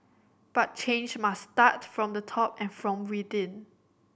but change must start from the top and from within